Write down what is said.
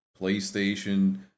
PlayStation